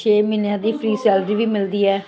ਛੇ ਮਹੀਨਿਆਂ ਦੀ ਫਰੀ ਸੈਲਰੀ ਵੀ ਮਿਲਦੀ ਹੈ